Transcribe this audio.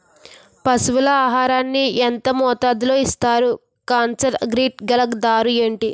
పశువుల ఆహారాన్ని యెంత మోతాదులో ఇస్తారు? కాన్సన్ ట్రీట్ గల దాణ ఏంటి?